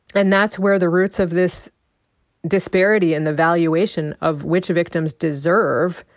and that's where the roots of this disparity in the valuation of which victims deserve,